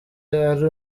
ari